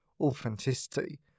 authenticity